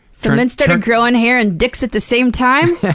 so men started growing hair and dicks at the same time?